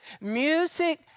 Music